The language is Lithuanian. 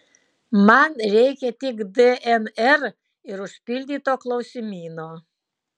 man reikia tik dnr ir užpildyto klausimyno